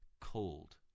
cold